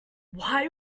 why